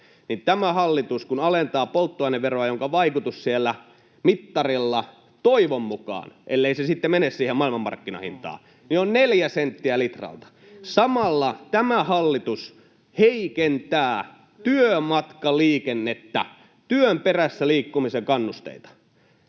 tämä hallitus alentaa polttoaineveroa, jonka vaikutus siellä mittarilla toivon mukaan — ellei se sitten mene siihen maailmanmarkkinahintaan — on neljä senttiä litralta. Samalla tämä hallitus heikentää työmatkaliikennettä, työn perässä liikkumisen kannusteita.